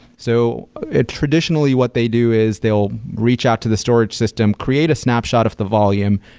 so ah traditionally what they do is they'll reach out to the storage system, create a snapshot of the volume,